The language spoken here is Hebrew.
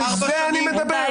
על זה אני מדבר.